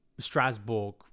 Strasbourg